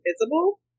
invisible